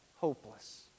Hopeless